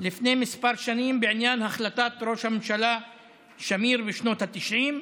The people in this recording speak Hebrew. לפני כמה שנים בעניין החלטת ראש הממשלה שמיר בשנות התשעים.